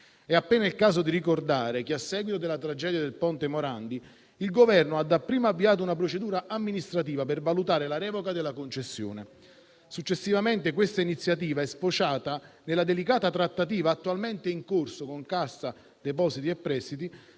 È appena il caso di ricordare che, a seguito della tragedia del ponte Morandi, il Governo ha dapprima avviato una procedura amministrativa per valutare la revoca della concessione; successivamente questa iniziativa è sfociata nella delicata trattativa, attualmente in corso con Cassa depositi e prestiti,